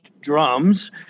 drums